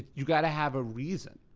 you gotta have a reason.